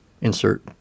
Insert